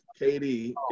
KD